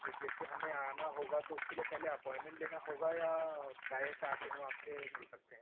तो जैसे हमें आना होगा तो उसके लिए पहले अपॉइंटमेंट लेना होगा या डायरेक्ट आकर हम आपसे मिल सकते हैं